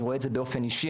אני רואה את זה באופן אישי,